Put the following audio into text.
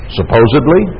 supposedly